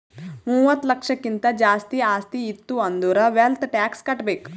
ಮೂವತ್ತ ಲಕ್ಷಕ್ಕಿಂತ್ ಜಾಸ್ತಿ ಆಸ್ತಿ ಇತ್ತು ಅಂದುರ್ ವೆಲ್ತ್ ಟ್ಯಾಕ್ಸ್ ಕಟ್ಬೇಕ್